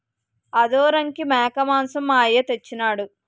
ఆదోరంకి మేకమాంసం మా అయ్య తెచ్చెయినాడు